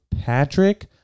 Patrick